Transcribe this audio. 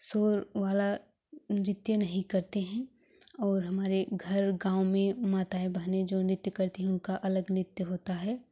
शोर वाला नृत्य नहीं करते हैं और हमारे घर गाँव में माताएँ बहने जो नृत्य करती हैं उनका अलग नृत्य होता है